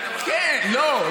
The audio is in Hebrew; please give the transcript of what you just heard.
לא,